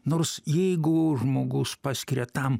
nors jeigu žmogus paskiria tam